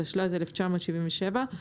התשל"ז-1977,